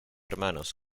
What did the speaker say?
hermanos